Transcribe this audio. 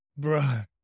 Bruh